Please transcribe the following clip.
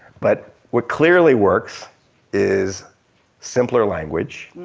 but what clearly works is simpler language.